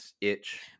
itch